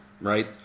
right